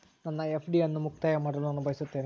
ನನ್ನ ಎಫ್.ಡಿ ಅನ್ನು ಮುಕ್ತಾಯ ಮಾಡಲು ನಾನು ಬಯಸುತ್ತೇನೆ